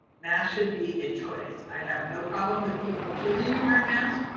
masks should be a choice. i have no problem with people choosing to wear a mask,